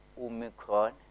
omicron